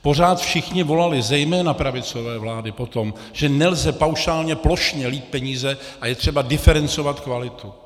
Pořád všichni volali, zejména pravicové vlády, po tom, že nelze paušálně, plošně lít peníze a je třeba diferencovat kvalitu.